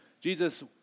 Jesus